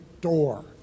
door